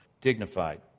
Dignified